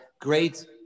great